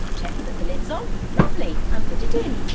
check that the lids on. lovely. and put it in.